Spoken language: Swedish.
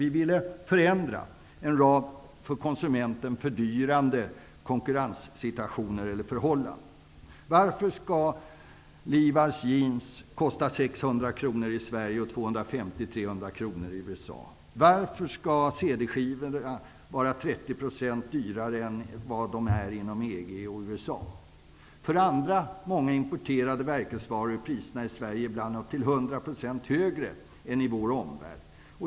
Vi ville förändra en rad för konsumenten fördyrande konkurrensförhållanden. Varför skall Levi's jeans kosta 600 kr i Sverige men bara 250--300 kr. i USA? Varför skall CD-skivor vara 30 % dyrare i Sverige än inom EG och i USA? Sverige ibland upp till 100 % högre än i vår omvärld.